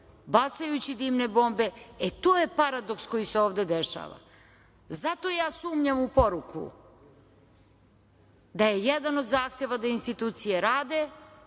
bacajući dimne bombe, e to je paradoks koji se ovde dešava. Zato ja sumnjam u poruku da je jedan od zahteva da institucije rade,